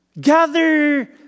Gather